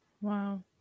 Wow